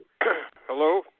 Hello